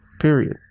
period